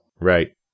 Right